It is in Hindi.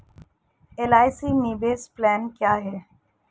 एल.आई.सी निवेश प्लान क्या है?